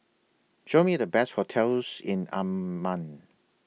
Show Me The Best hotels in Amman